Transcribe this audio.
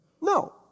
No